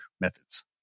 methods